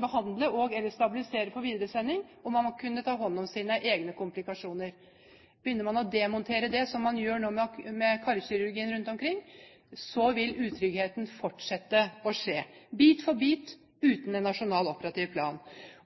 behandle og/eller stabilisere for videresending, og man må kunne ta hånd om komplikasjoner. Begynner man å demontere det, som man gjør nå med karkirurgien rundt omkring, så vil utryggheten fortsette – bit for bit uten en nasjonal operativ plan.